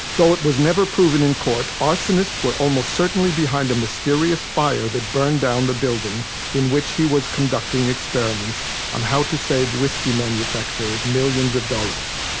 though it was never proven in court, arsonists were almost certainly behind a mysterious fire that burned down the building in which he was conducting experiments on how to save whisky manufacturers millions of dollars.